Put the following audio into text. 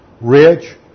Rich